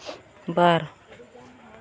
ᱵᱟᱨ